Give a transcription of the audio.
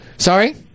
Sorry